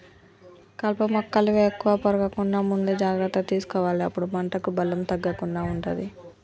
కలుపు మొక్కలు ఎక్కువ పెరగకుండా ముందే జాగ్రత్త తీసుకోవాలె అప్పుడే పంటకు బలం తగ్గకుండా ఉంటది